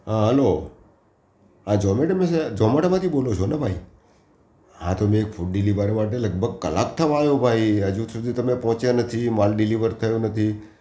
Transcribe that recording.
હા હલો હા જોમેટો મેં સે જોમેટોમાંથી બોલો છો ને ભાઈ હા તો મેં એક ફૂડ ડિલિવરી માટે લગભગ કલાક થવા આવ્યો ભાઈ હજી સુધી તમે પહોંચ્યા નથી માલ ડિલિવર થયો નથી